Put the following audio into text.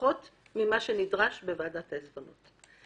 בפחות ממה שנדרש בוועדת העיזבונות.